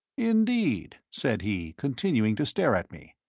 indeed? said he, continuing to stare at me.